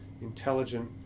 intelligent